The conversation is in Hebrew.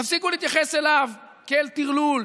תפסיקו להתייחס אליו כאל טרלול.